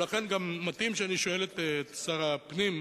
ולכן גם מתאים שאני שואל את שר הפנים,